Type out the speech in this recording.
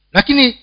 Lakini